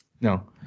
No